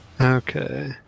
Okay